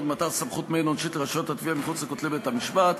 במתן סמכות מעין-עונשית לרשויות התביעה מחוץ לכותלי בית-המשפט,